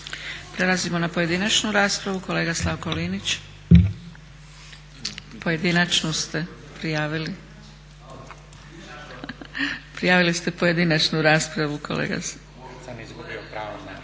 Prelazimo na pojedinačnu raspravu. Kolega Slavko Linić. Pojedinačnu ste prijavili. Prijavili ste pojedinačnu raspravu kolega. Ali